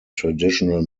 traditional